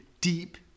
deep